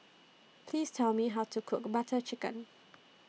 Please Tell Me How to Cook Butter Chicken